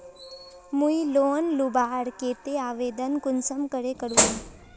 मुई लोन लुबार केते आवेदन कुंसम करे करूम?